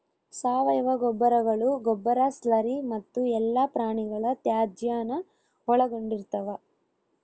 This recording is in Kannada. ಸಾವಯವ ಗೊಬ್ಬರಗಳು ಗೊಬ್ಬರ ಸ್ಲರಿ ಮತ್ತು ಎಲ್ಲಾ ಪ್ರಾಣಿಗಳ ತ್ಯಾಜ್ಯಾನ ಒಳಗೊಂಡಿರ್ತವ